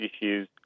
issues